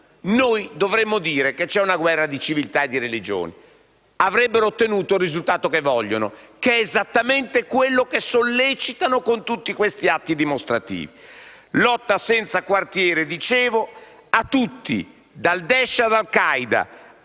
dovremmo dire che c'è una guerra di civiltà e di religioni: avrebbero ottenuto il risultato che vogliono, che è esattamente quello che sollecitano con tutti questi atti dimostrativi. Lotta senza quartiere, dicevo, a tutti, dal Daesh ad Al Qaeda,